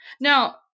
Now